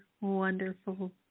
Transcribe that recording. wonderful